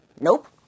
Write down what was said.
nope